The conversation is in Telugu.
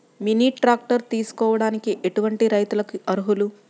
మినీ ట్రాక్టర్ తీసుకోవడానికి ఎటువంటి రైతులకి అర్హులు?